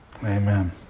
Amen